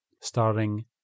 starring